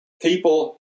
people